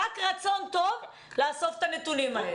רק רצון טוב לאסוף את הנתונים האלה.